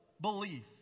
belief